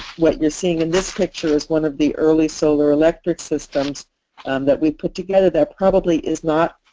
what you're seeing in this picture is one of the early solar electric systems that we put together that probably is not